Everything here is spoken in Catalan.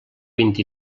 vint